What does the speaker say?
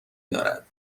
دارد